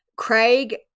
Craig